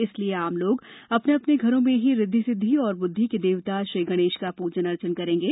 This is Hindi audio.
इसलिये आम लोग अपने अपने घरों में ही ऋद्वि सिद्धि और बुद्धि के देवता श्री गणेश का पूजन अर्चन करेंगे